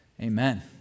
Amen